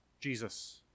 Jesus